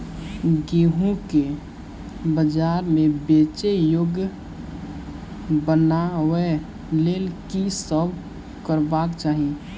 गेंहूँ केँ बजार मे बेचै योग्य बनाबय लेल की सब करबाक चाहि?